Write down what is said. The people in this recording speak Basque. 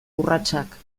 urratsak